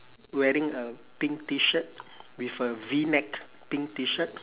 wearing a pink T shirt with a v-neck pink T shirt